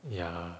ya